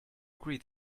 agree